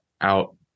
out